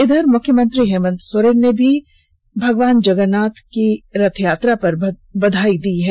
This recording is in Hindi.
इधर मुख्यमंत्री हेमंत सोरेन ने भी भगवान श्री जगन्नाथ की रथयात्रा पर बधाई दी है